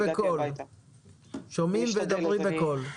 יותר בקול.